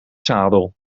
zadel